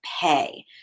pay